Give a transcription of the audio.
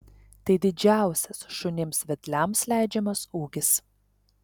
tai didžiausias šunims vedliams leidžiamas ūgis